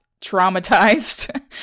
traumatized